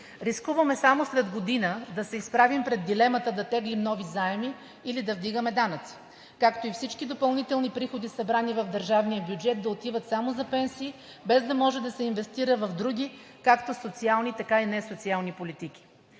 Рискуваме само след години да се изправим пред дилемата да теглим нови заеми или да вдигаме данъци, както и всички допълнителни приходи, събрани в държавния бюджет, да отиват само за пенсии, без да може да се инвестира в други както социални, така и несоциални политики.